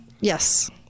Yes